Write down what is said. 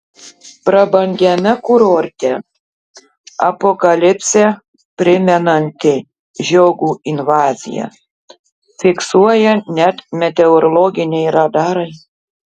prabangiame kurorte apokalipsę primenanti žiogų invazija fiksuoja net meteorologiniai radarai